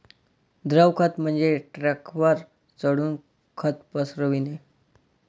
द्रव खत म्हणजे ट्रकवर चढून खत पसरविणे